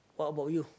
what about you